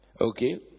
Okay